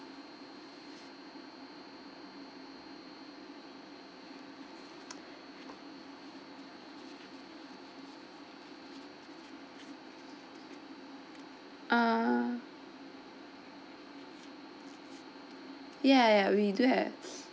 err ya ya we do have